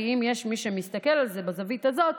כי אם יש מי שמסתכל על זה בזווית הזאת,